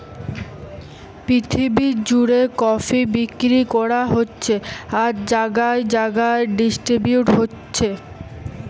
পৃথিবী জুড়ে কফি বিক্রি করা হচ্ছে আর জাগায় জাগায় ডিস্ট্রিবিউট হচ্ছে